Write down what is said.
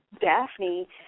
Daphne